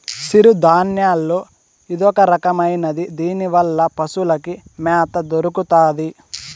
సిరుధాన్యాల్లో ఇదొరకమైనది దీనివల్ల పశులకి మ్యాత దొరుకుతాది